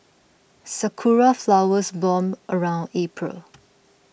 sakura flowers born around April